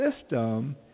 system